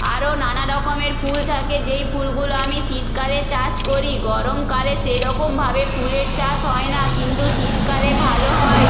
আরও নানারকমের ফুল থাকে যেই ফুলগুলো আমি শীতকালে চাষ করি গরমকালে সেরকমভাবে ফুলের চাষ হয় না কিন্তু শীতকালে ভালো হয়